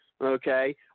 Okay